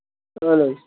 اَہن حظ